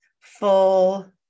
full